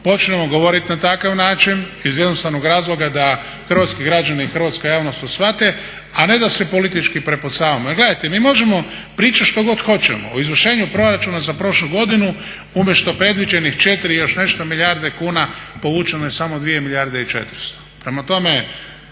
počnemo govorit na takav način iz jednostavnog razloga da hrvatski građani i hrvatska javnost to shvate, a ne da se politički prepucavamo. Jer gledajte, mi možemo pričat što god hoćemo o izvršenju proračuna za prošlu godinu, umjesto predviđenih 4 i još nešto milijarde kuna povučeno je samo 2 milijarde i 400. Prema tome,